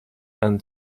and